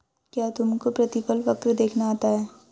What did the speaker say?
क्या तुमको प्रतिफल वक्र देखना आता है?